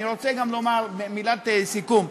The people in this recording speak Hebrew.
אני רוצה לומר מילת סיכום.